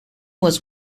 was